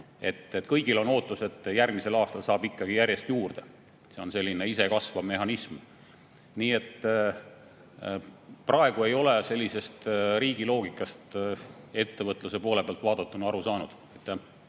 Kõigil on ootus, et järgmisel aastal saab ikkagi järjest juurde, see on selline ise kasvav mehhanism. Nii et praegu ei ole sellisest riigi loogikast ettevõtluse poole pealt vaadatuna aru saanud.